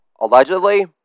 allegedly